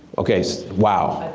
okay, wow.